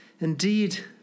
Indeed